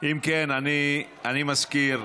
אם כן, אני מזכיר,